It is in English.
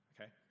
okay